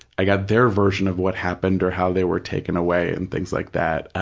i got their version of what happened or how they were taken away and things like that,